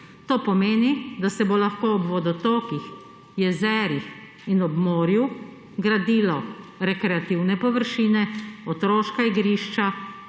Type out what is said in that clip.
To pomeni, da se bo lahko ob vodotokih, jezerih in ob morju gradilo rekreativne površine, otroška igrišča